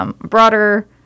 broader